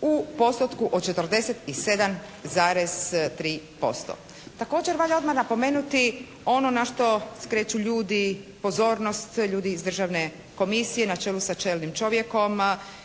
u postotku od 47,3%. Također valja odmah napomenuti ono na što skreću ljudi pozornost, ljudi iz Državne komisije na čelu sa čelnim čovjekom,